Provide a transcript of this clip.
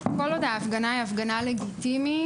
כל עוד ההפגנה היא הפגנה לגיטימית.